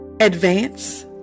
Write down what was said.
advance